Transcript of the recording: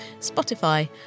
Spotify